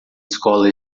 escola